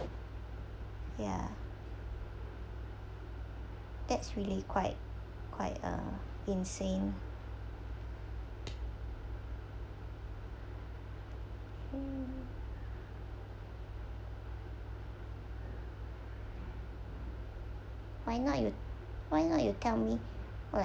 ya that's really quite quite uh insane mm why not you why not you tell me wh~